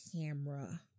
camera